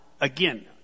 again